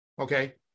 okay